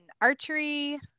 archery